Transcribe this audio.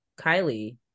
Kylie